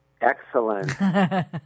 Excellent